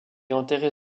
enterré